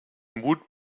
mut